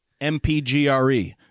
MPGRE